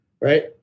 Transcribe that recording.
right